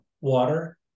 water